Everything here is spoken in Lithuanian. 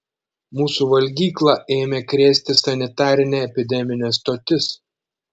mūsų valgyklą ėmė krėsti sanitarinė epideminė stotis